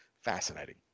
fascinating